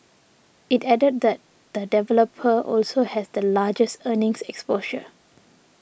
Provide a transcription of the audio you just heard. it added that the developer also has the largest earnings exposure